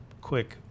quick